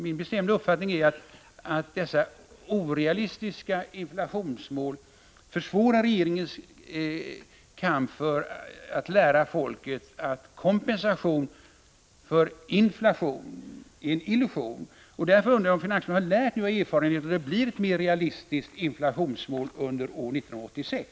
Min bestämda uppfattning är att dessa orealistiska inflationsmål försvårar regeringens kamp att lära folket att kompensation för inflation är en illusion. Därför undrar jag om finansministern nu har lärt av erfarenheten. Blir det ett mer realistiskt inflationsmål för 1986?